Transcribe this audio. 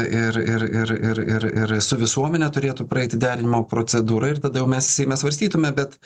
ir ir ir ir ir ir su visuomene turėtų praeiti derinimo procedūrą ir tada jau mes seime svarstytume bet